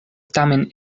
tamen